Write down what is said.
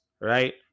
right